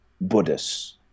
Buddhas